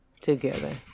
together